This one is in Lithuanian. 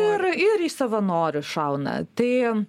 ir ir į savanorius šauna tai